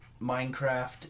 Minecraft